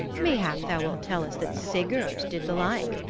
mayhap thou wilt tell us that sigurd did the like,